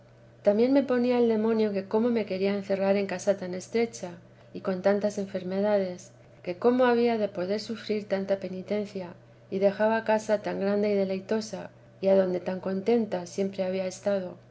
también me ponía el demonio que cómo me quería encerrar en casa tan estrecha y con tantas enfermedades que cómo había de poder sufrir tanta penitencia y dejaba casa tan grande y deleitosa y adonde tan contenta siempre había estado